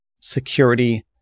security